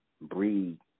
breed